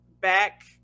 back